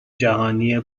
جهانی